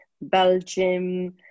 Belgium